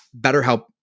BetterHelp